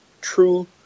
true